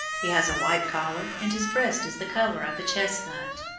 he has a white collar, and his breast is the colour of a chestnut.